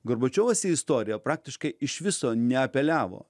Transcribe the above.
gorbačiovas į istoriją praktiškai iš viso neapeliavo